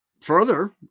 Further